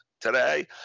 today